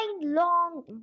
long